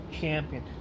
champion